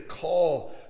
call